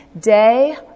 day